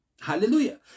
Hallelujah